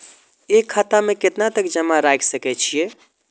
एक खाता में केतना तक जमा राईख सके छिए?